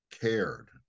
cared